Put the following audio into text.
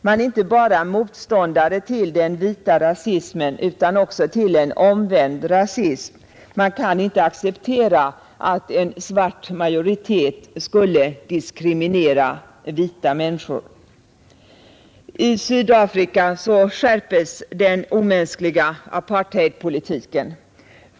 Man är inte bara motståndare till den vita rasismen utan också till en omvänd rasism; man kan inte acceptera att en svart majoritet skulle diskriminera vita människor. I Sydafrika skärpes den omänskliga apartheidpolitiken.